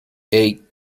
eight